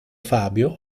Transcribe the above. fabio